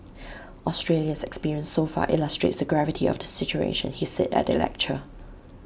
Australia's experience so far illustrates the gravity of the situation he said at the lecture